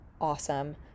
awesome